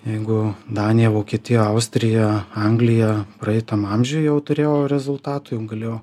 jeigu danija vokietija austrija anglija praeitam amžiuj jau turėjo rezultatų jau galėjo